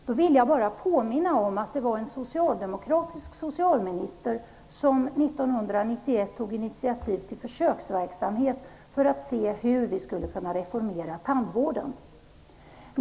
Då vill jag bara påminna om att en socialdemokratisk socialminister 1991 tog initiativ till en försöksverksamhet för att se hur tandvården skulle kunna reformeras.